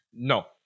No